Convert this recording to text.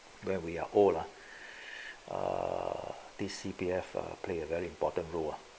when we are old ah err the C_P_F or play a very important role